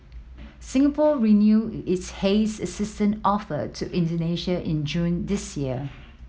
Singapore renewed its haze assistance offer to Indonesia in June this year